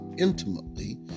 Intimately